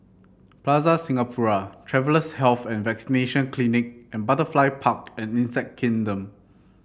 Plaza Singapura Travellers' Health and Vaccination Clinic and Butterfly Park and Insect Kingdom